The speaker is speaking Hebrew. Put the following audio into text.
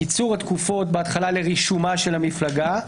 קיצור התקופות בהתחלה לרישומה של המפלגה,